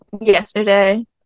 yesterday